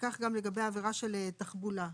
וכך גם לגבי העבירה של תחבולה.